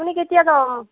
আপুনি কেতিয়া যা